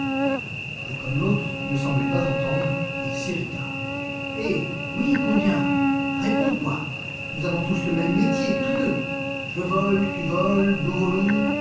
et comme l'autre ne semblait pas entendre il s'irrita eh oui combien réponds quoi nous avons le même métier tous deux je vole tu voles nous volons